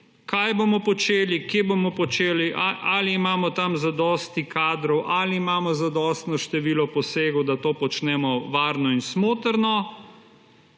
kaj bomo počeli, kje bomo počeli, ali imamo tam zadosti kadrov, ali imamo zadostno število posegov, da to počnemo varno in smotrno,